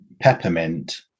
peppermint